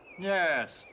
Yes